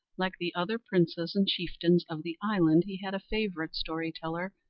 like the other princes and chieftains of the island, he had a favourite story-teller,